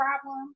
problem